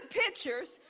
pictures